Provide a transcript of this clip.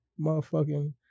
Motherfucking